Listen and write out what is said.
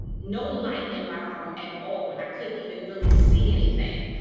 no light in my room at all, when i couldn't even really see anything,